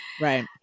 Right